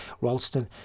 Ralston